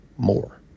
More